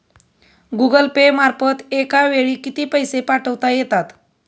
Google Pay मार्फत एका वेळी किती पैसे पाठवता येतात?